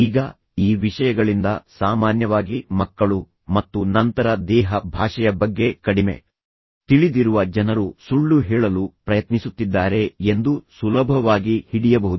ಈಗ ಈ ವಿಷಯಗಳಿಂದ ಸಾಮಾನ್ಯವಾಗಿ ಮಕ್ಕಳು ಮತ್ತು ನಂತರ ದೇಹ ಭಾಷೆಯ ಬಗ್ಗೆ ಕಡಿಮೆ ತಿಳಿದಿರುವ ಜನರು ಸುಳ್ಳು ಹೇಳಲು ಪ್ರಯತ್ನಿಸುತ್ತಿದ್ದಾರೆ ಎಂದು ಸುಲಭವಾಗಿ ಹಿಡಿಯಬಹುದು